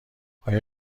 آیا